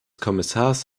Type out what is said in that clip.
kommissars